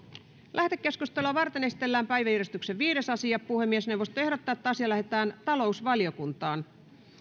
lähetekeskustelua varten esitellään päiväjärjestyksen viides asia puhemiesneuvosto ehdottaa että asia lähetetään talousvaliokuntaan